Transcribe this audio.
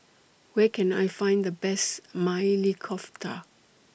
Where Can I Find The Best Maili Kofta